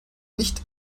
nicht